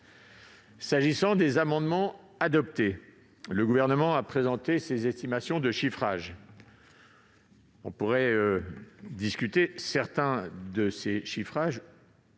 S'agissant des amendements adoptés, le Gouvernement a présenté ses estimations de chiffrage. On pourrait discuter de certains de ces chiffrages,